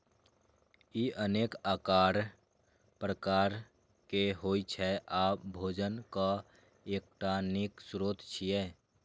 ई अनेक आकार प्रकार के होइ छै आ भोजनक एकटा नीक स्रोत छियै